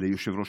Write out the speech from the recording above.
ליושב-ראש